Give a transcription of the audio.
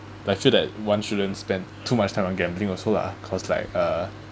I feel that one shouldn't spend too much time on gambling also lah cause like uh